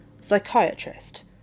Psychiatrist